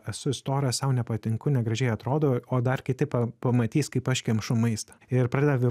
esu storas sau nepatinku negražiai atrodau o dar kiti pa pamatys kaip aš kemšu maistą ir pradeda